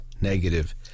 negative